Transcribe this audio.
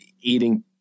eating